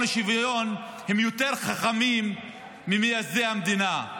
השוויון הם יותר חכמים ממייסדי המדינה,